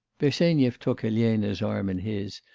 bersenyev took elena's arm in his,